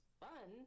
fun